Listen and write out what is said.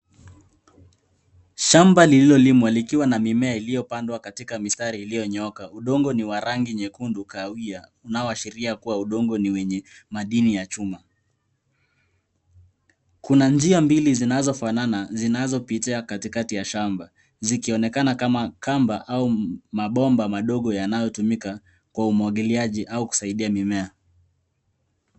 Shamba lililolimwa likiwa na mimea iliyopandwa katika mitaro iliyonyooka. Udongo una rangi nyekundu kahawia, jambo linaloashiria kuwa udongo huo una madini ya chuma. Kuna njia mbili zinazofanana, zinazopita katikati ya shamba, zikionekana kama kamba au mabomba madogo yanayotumika kwa umwagiliaji au kusaidia mimea.